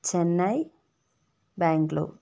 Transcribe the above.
Chennai Bangalore